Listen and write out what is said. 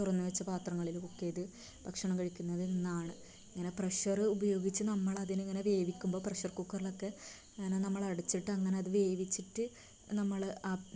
തുറന്ന് വെച്ച പാത്രങ്ങളില് കുക്ക് ചെയ്ത് ഭക്ഷണം കഴിക്കുന്നതിൽ നിന്നാണ് ഇങ്ങനെ പ്രഷറ് ഉപയോഗിച്ച് നമ്മളതിനെ ഇങ്ങനെ വേവിക്കുമ്പോൾ പ്രഷർ കുക്കറിലൊക്കെ ഇങ്ങനെ നമ്മളടച്ചിട്ട് അങ്ങനെ അത് വേവിച്ചിട്ട് നമ്മള് ആ